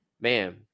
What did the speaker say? man